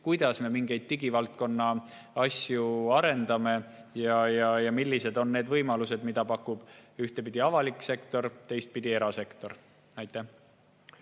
kuidas me mingeid digivaldkonna asju arendame ja millised on võimalused, mida pakub ühtpidi avalik sektor, teistpidi erasektor. Jaak